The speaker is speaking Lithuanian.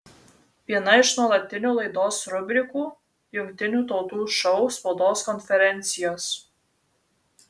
viena iš nuolatinių laidos rubrikų jungtinių tautų šou spaudos konferencijos